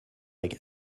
like